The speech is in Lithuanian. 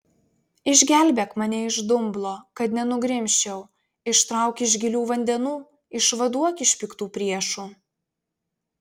išgelbėk mane iš dumblo kad nenugrimzčiau ištrauk iš gilių vandenų išvaduok iš piktų priešų